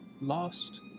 Lost